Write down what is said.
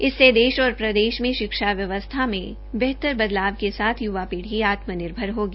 इससे देश और प्रदेश में शिक्षा व्यवस्था में बेहतर बदलाव के साथ युवा पीढ़ी आत्म निर्भर होगी